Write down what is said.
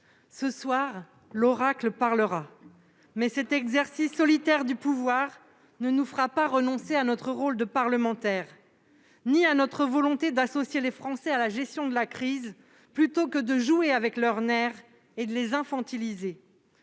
Ce soir, l'oracle parlera, mais cet exercice solitaire du pouvoir ne nous fera renoncer ni à notre rôle de parlementaires ni à notre volonté d'associer les Français à la gestion de la crise plutôt que de jouer avec leurs nerfs et de les infantiliser.